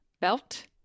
Belt